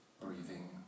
breathing